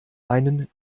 einen